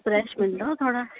fresh मिलदव थोरा